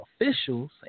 officials